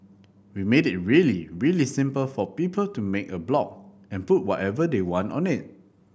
we made it really really simple for people to make a blog and put whatever they want on it